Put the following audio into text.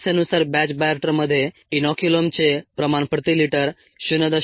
समस्येनुसार batch बायोरिएक्टरमध्ये इनोक्युलमचे प्रमाण प्रति लिटर 0